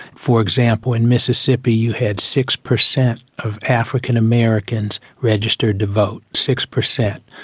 for example, in mississippi you had six percent of african americans registered to vote, six percent.